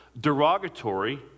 derogatory